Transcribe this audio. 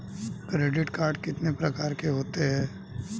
Credit card कितने प्रकार के होते हैं?